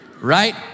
right